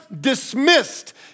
dismissed